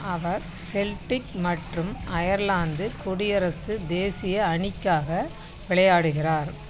அவர் Celtic மற்றும் Ireland குடியரசு தேசிய அணிக்காக விளையாடுகிறார்